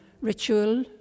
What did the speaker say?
ritual